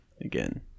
again